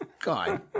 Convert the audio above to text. God